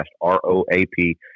R-O-A-P